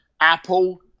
Apple